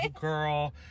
girl